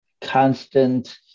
constant